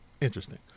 Interesting